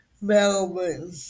Melbourne